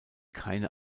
keine